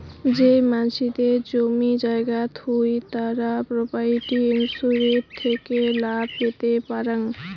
যেই মানসিদের জমি জায়গা থুই তারা প্রপার্টি ইন্সুরেন্স থেকে লাভ পেতে পারাং